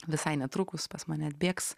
visai netrukus pas mane atbėgs